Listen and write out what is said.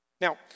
Now